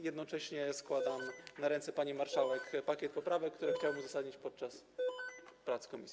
Jednocześnie składam na ręce pani marszałek pakiet poprawek, które chciałbym uzasadnić podczas prac komisji.